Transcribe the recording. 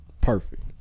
perfect